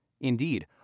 indeed